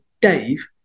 dave